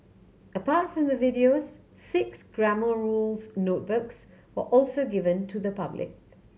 apart from the videos six Grammar Rules notebooks will also be given to the public